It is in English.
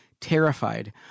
terrified